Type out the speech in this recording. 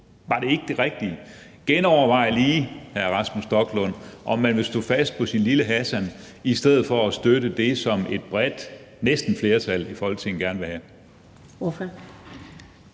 Var det ikke det rigtige? Genovervej lige, vil jeg sige til hr. Rasmus Stoklund, om man vil stå fast på sin lille Hassan i stedet for at støtte det, som næsten et flertal i Folketinget gerne bredt vil have?